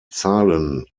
zahlen